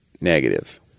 negative